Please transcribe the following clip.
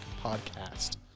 Podcast